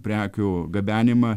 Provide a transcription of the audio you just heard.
prekių gabenimą